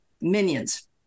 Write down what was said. minions